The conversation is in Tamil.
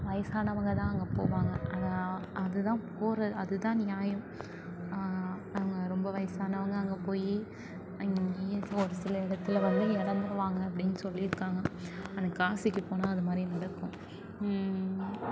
வயதானவங்க தான் அங்கே போவாங்க அதுதான் போகிற அதுதான் நியாயம் அங்கே ரொம்ப வயதானவங்க அங்கே போய் அங்கேயே இப்போ ஒரு சில இடத்துல வந்து இறங்குவாங்க அப்படின்னு சொல்லியிருக்காங்க ஆனால் காசிக்கு போனால் அது மாதிரி நடக்கும்